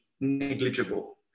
negligible